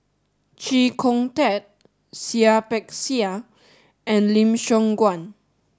Chee Kong Tet Seah Peck Seah and Lim Siong Guan